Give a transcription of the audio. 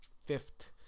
fifth